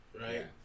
Right